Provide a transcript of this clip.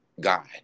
god